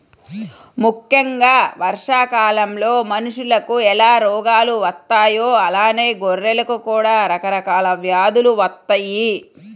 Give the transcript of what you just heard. ముక్కెంగా వర్షాకాలంలో మనుషులకు ఎలా రోగాలు వత్తాయో అలానే గొర్రెలకు కూడా రకరకాల వ్యాధులు వత్తయ్యి